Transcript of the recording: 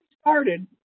started